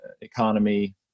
economy